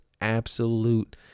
absolute